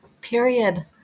period